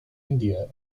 india